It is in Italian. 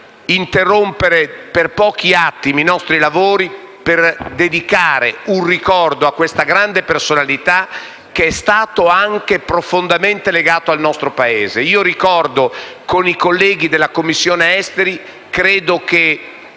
interrompere per pochi attimi i nostri lavori, per dedicare un ricordo a questa grande personalità, che è stata anche profondamente legata al nostro Paese. Ricordo che con i colleghi della 2ª Commissione (affari esteri,